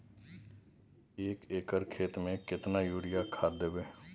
एक एकर खेत मे केतना यूरिया खाद दैबे?